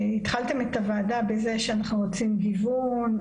התחלתם את הוועדה בזה שאנחנו רוצים גיוון,